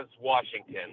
Washington